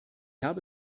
habe